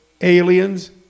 Aliens